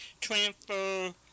transfer